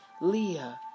Leah